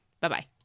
Bye-bye